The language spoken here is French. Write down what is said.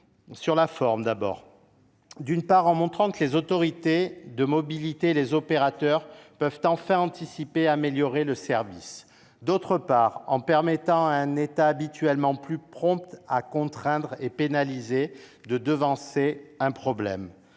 Sur la forme, tout d’abord. D’une part, en montrant que les autorités de la mobilité et les opérateurs peuvent enfin anticiper et améliorer le service. D’autre part, en permettant à un État habituellement plus prompt à contraindre et pénaliser de devancer un problème.